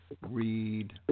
read